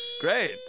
Great